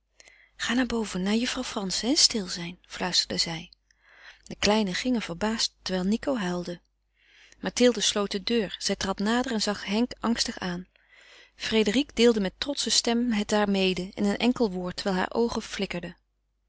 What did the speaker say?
ga naar boven naar juffrouw frantzen en stil zijn fluisterde zij de kleinen gingen verbaasd terwijl nico huilde mathilde sloot de deur zij trad nader en zag henk angstig aan frédérique deelde met trotsche stem het haar mede in een enkel woord terwijl haar oogen flikkerden